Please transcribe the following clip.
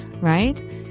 right